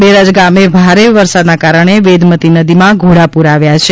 બેરાજા ગામે ભારે વરસાદના કારણે વેદમતી નદીમાં ઘોડાપુર આવ્યા છે